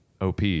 OP